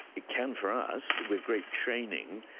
it can for us, with great training.